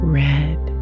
red